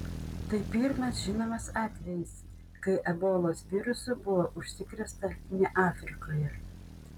tai pirmas žinomas atvejis kai ebolos virusu buvo užsikrėsta ne afrikoje